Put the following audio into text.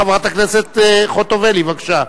חברת הכנסת ציפי חוטובלי, בבקשה.